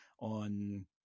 on